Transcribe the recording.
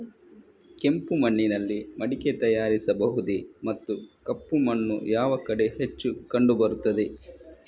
ಕೆಂಪು ಮಣ್ಣಿನಲ್ಲಿ ಮಡಿಕೆ ತಯಾರಿಸಬಹುದೇ ಮತ್ತು ಕಪ್ಪು ಮಣ್ಣು ಯಾವ ಕಡೆ ಹೆಚ್ಚು ಕಂಡುಬರುತ್ತದೆ?